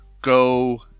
go